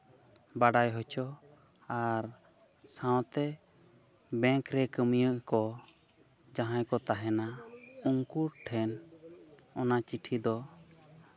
ᱵᱟᱲᱟᱭ ᱦᱚᱪᱚ ᱟᱨ ᱥᱟᱶᱛᱮ ᱵᱮᱝᱠ ᱨᱮ ᱠᱟᱹᱢᱤᱭᱟᱹ ᱠᱚ ᱡᱟᱦᱟᱸᱭ ᱠᱚ ᱛᱟᱦᱮᱱᱟ ᱩᱱᱠᱩ ᱴᱷᱮᱱ ᱚᱱᱟ ᱪᱤᱴᱷᱤ ᱫᱚ